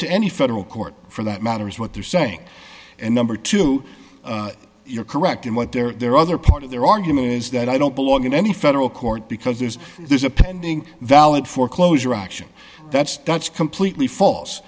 to any federal court for that matter is what they're saying and number two you're correct in what their their other part of their argument is that i don't belong in any federal court because there's there's a pending valid foreclosure auction that's that's completely false